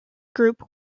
group